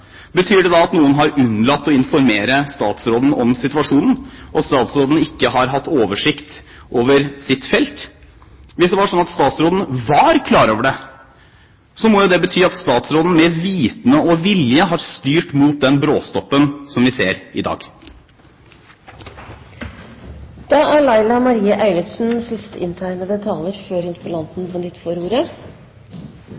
betyr det da at noen har unnlatt å informere statsråden om situasjonen, og at statsråden ikke har hatt oversikt over sitt felt? Hvis det er sånn at statsråden var klar over det, må jo det bety at statsråden med vitende og vilje har styrt mot den bråstoppen som vi ser i dag. Det er eit viktig tema interpellanten